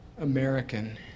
American